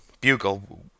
Bugle